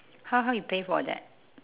how how you pay for that